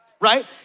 Right